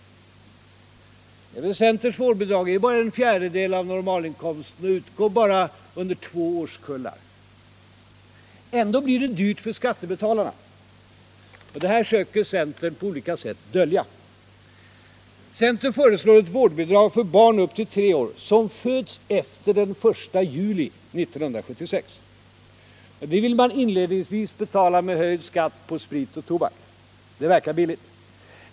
I förhållande till förvärvsinkomsten är också centerns vårdbidrag dels begränsat till en fjärdedel av en normal inkomst, dels inskränkt till i stort sett två årskullar. Ändå blir det mycket dyrt för skattebetalarna. Detta söker centern på olika sätt dölja. Centern föreslår ett vårdbidrag för barn upp till tre år som föds efter den 1 juli 1976. Inledningsvis skall detta betalas genom en höjning av skatten på sprit och tobak. Det verkar billigt.